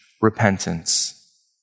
repentance